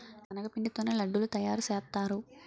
శనగపిండి తోనే లడ్డూలు తయారుసేత్తారు